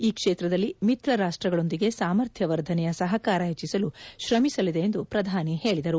ಈ ಕ್ವೇತ್ರದಲ್ಲಿ ಮಿತ್ರ ರಾಷ್ಟಗಳೊಂದಿಗೆ ಸಾಮರ್ಥ್ಯ ವರ್ಧನೆಯ ಸಹಕಾರ ಹೆಚ್ಚಿಸಲು ಶ್ರಮಿಸಲಿದೆ ಎಂದು ಪ್ರಧಾನಿ ಹೇಳಿದರು